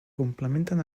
complementen